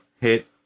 hit